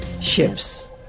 ships